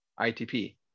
ITP